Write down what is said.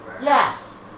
yes